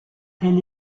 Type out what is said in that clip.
tel